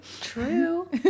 True